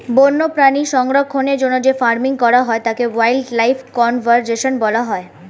বন্যপ্রাণী সংরক্ষণের জন্য যে ফার্মিং করা হয় তাকে ওয়াইল্ড লাইফ কনজার্ভেশন বলা হয়